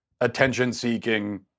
attention-seeking